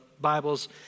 Bibles